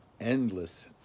endless